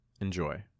Enjoy